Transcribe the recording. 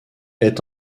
est